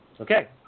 Okay